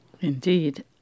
Indeed